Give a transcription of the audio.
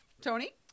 tony